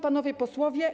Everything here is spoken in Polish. Panowie Posłowie!